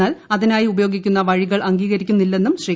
എന്നാൽ അതിനായി ഉപയോഗിക്കുന്നു ്വഴികൾ അംഗീകരിക്കുന്നില്ലെന്നും ശ്രീ